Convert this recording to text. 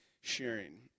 sharing